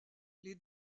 les